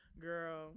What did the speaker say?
girl